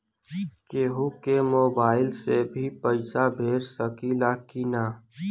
केहू के मोवाईल से भी पैसा भेज सकीला की ना?